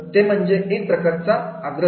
ते म्हणजे एक प्रकारचा आग्रह